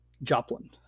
Joplin